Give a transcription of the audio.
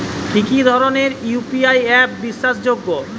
কি কি ধরনের ইউ.পি.আই অ্যাপ বিশ্বাসযোগ্য?